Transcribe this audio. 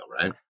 right